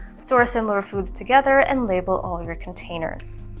store similar foods together and label all your containers.